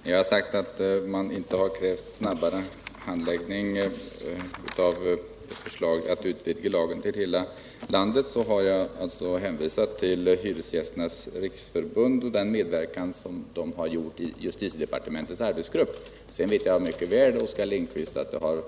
Herr talman! När jag har sagt att man inte har krävt snabbare handläggning av förslaget att utvidga lagen till att gälla hela landet, har jag hänvisat till Hyresgästernas riksförbund och dess medverkan i justitiedepartementets arbetsgrupp. Jag vet mycket väl, Oskar Lindkvist, att det har